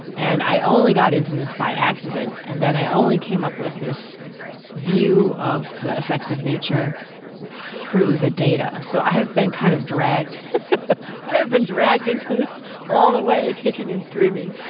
and i only got into this by accident, and then i only came up with this view of the effects of nature through the data. so i have been kind of dragged i have been dragged into this all the way kicking and screaming.